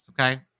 okay